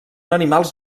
animals